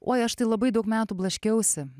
oi aš tai labai daug metų blaškiausi